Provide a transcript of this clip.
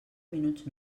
minuts